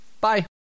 Bye